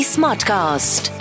Smartcast